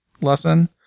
lesson